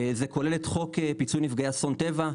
זה כולל את חוק פיצוי נפגעי אסון טבע,